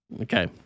Okay